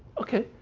okay?